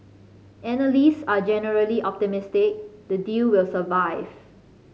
analyst are generally optimistic the deal will survive